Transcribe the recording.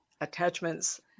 attachments